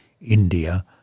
India